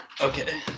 Okay